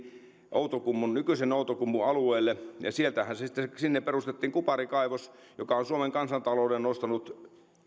nykyisen outokummun alueelle ja sinne perustettiin kuparikaivos joka on suomen kansantalouden nostanut